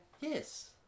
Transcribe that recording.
Yes